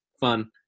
Fun